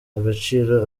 agaciro